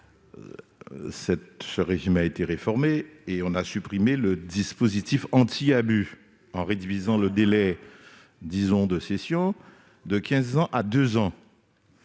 Ce régime a été réformé, et on a supprimé le dispositif anti-abus en réduisant le délai de détention des plus-values